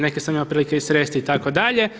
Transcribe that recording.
Neke sam imao prilike i sresti itd.